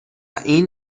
این